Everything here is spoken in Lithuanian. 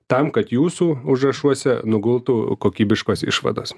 tam kad jūsų užrašuose nugultų kokybiškos išvados